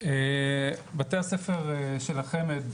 בתי הספר של החמ"ד,